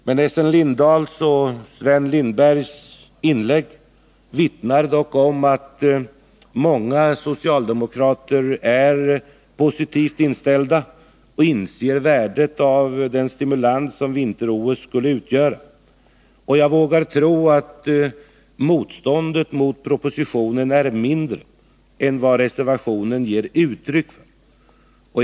Men Essen Lindahls och Sven Lindbergs inlägg vittnar om att många socialdemokrater är positivt inställda och inser värdet av den stimulans som vinter-OS skulle utgöra. Jag vågar tro att motståndet mot propositionen är mindre än vad reservationen ger uttryck för.